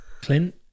Clint